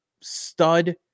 stud